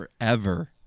forever